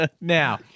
Now